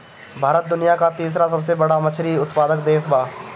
भारत दुनिया का तीसरा सबसे बड़ा मछली उत्पादक देश बा